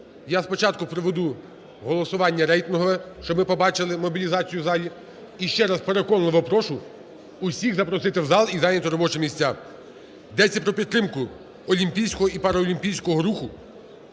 Я спочатку проведу голосування рейтингове, щоб ми побачили мобілізацію в залі. І ще раз переконливо прошу усіх запросити в зал і зайняти робочі місця. Йдеться про підтримку олімпійського і паралімпійського руху.